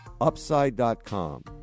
Upside.com